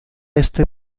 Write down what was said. este